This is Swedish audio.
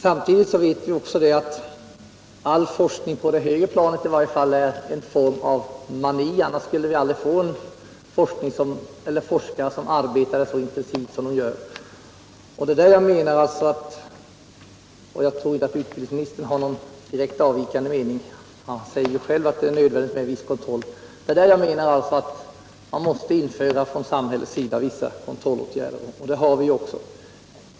Samtidigt vet vi att all forskning, i varje fall på det högre planet, är en form av mani. Annars skulle vi aldrig få forskare, som arbetar så intensivt som de gör. Det är där jag menar — och jag tror inte att utbildningsministern har någon avvikande mening, eftersom han själv säger att det är nödvändigt med en viss kontroll — att man från samhällets sida måste vidta vissa kontrollåtgärder. Det har vi också gjort.